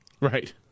Right